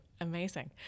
Amazing